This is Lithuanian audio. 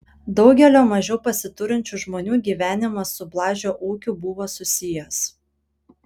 daugelio mažiau pasiturinčių žmonių gyvenimas su blažio ūkiu buvo susijęs